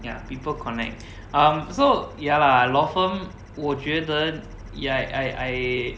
ya people connect um so ya lah law firm 我觉得 ya I I